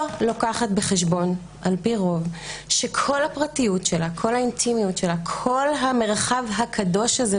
לא לוקחת בחשבון שכל הפרטיות וכל המרחב הקדוש הזה,